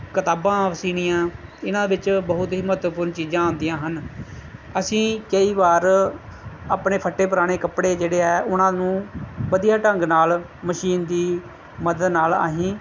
ਕਿਤਾਬਾਂ ਸਿਊਣੀਆਂ ਇਹਨਾਂ ਵਿੱਚ ਬਹੁਤ ਹੀ ਮਹੱਤਵਪੂਰਨ ਚੀਜ਼ਾਂ ਆਉਂਦੀਆਂ ਹਨ ਅਸੀਂ ਕਈ ਵਾਰ ਆਪਣੇ ਫਟੇ ਪੁਰਾਣੇ ਕੱਪੜੇ ਜਿਹੜੇ ਆ ਉਹਨਾਂ ਨੂੰ ਵਧੀਆ ਢੰਗ ਨਾਲ ਮਸ਼ੀਨ ਦੀ ਮਦਦ ਨਾਲ ਅਸੀਂ